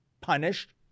punished